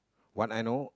what I know